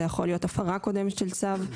זה יכול להיות הפרה קודמת של צו.